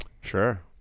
Sure